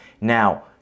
Now